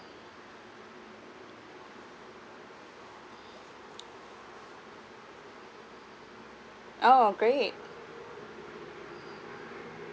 oh great